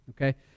Okay